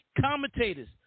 commentators